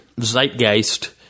zeitgeist